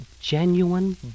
genuine